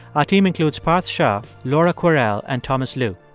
our team includes parth shah, laura kwerel and thomas lu.